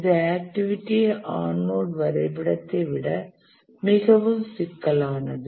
இது activity on node வரைபடத்தை விட மிகவும் சிக்கலானது